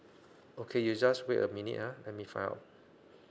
okay you just wait a minute ah let me find out